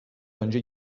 önce